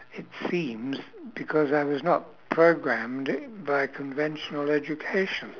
it seems because I was not programmed by conventional education